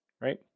right